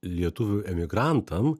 lietuvių emigrantam